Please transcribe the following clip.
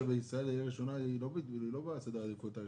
ההעדפה שישראל תהיה ראשונה היא לא בסדר העדיפות הראשון.